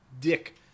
dick